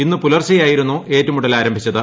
ഇന്ന് പുലർച്ചെയായിരുന്നു ഏറ്റുമുട്ടൽ ആരംഭിച്ചത്